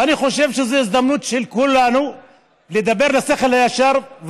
ואני חושב שזו הזדמנות של כולנו לדבר לשכל הישר.